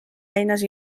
eines